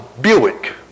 Buick